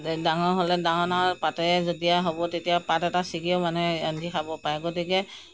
ডাঙৰ হ'লে ডাঙৰ ডাঙৰ পাতেৰে যেতিয়া হ'ব তেতিয়া পাত এটা ছিগিও মানুহে আনকি খাব পাৰে গতিকে